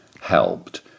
helped